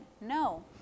No